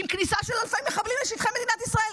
עם כניסה של אלפי מחבלים לשטחי מדינת ישראל.